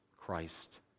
Christ